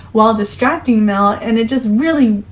while distracting mel and it just really,